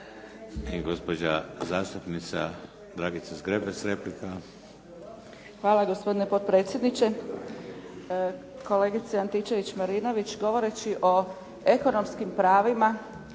Hvala gospodine potpredsjedniče.